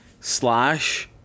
slash